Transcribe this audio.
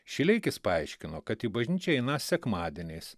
šileikis paaiškino kad į bažnyčią einąs sekmadieniais